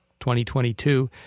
2022